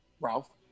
Ralph